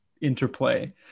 interplay